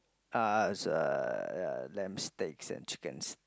uh s~ uh lamb steaks and chickens